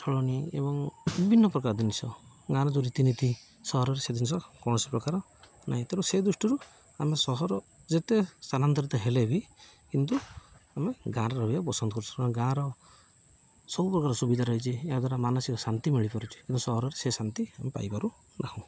ଚଳଣି ଏବଂ ବିଭିନ୍ନ ପ୍ରକାର ଜିନିଷ ଗାଁର ଯେଉଁ ରୀତିନୀତି ସହରରେ ସେ ଜିନିଷ କୌଣସି ପ୍ରକାର ନାହିଁ ତେଣୁ ସେ ଦୃଷ୍ଟିରୁ ଆମେ ସହର ଯେତେ ସ୍ଥାନାନ୍ତରିତ ହେଲେ ବି କିନ୍ତୁ ଆମେ ଗାଁରେ ରହିବା ପସନ୍ଦ କରୁଛୁ କାର ଗାଁର ସବୁ ପ୍ରକାର ସୁବିଧା ରହିଛି ଏହାଦ୍ୱାରା ମାନସିକ ଶାନ୍ତି ମିଳିପାରୁଛି କିନ୍ତୁ ସହରରେ ସେ ଶାନ୍ତି ଆମେ ପାଇପାରୁ ନାହୁଁ